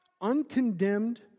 uncondemned